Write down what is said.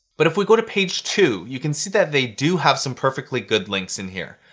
but, if we go to page two, you can see that they do have some perfectly good links in here,